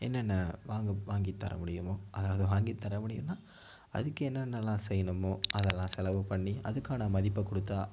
என்ன என்ன வாங்க வாங்கி தர முடியுமோ அதாவது வாங்கி தர முடியும்னால் அதுக்கு என்ன என்னலாம் செய்யணுமோ அதெல்லாம் செலவு பண்ணி அதுக்கான மதிப்பை கொடுத்தா